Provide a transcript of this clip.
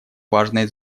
важное